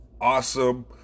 awesome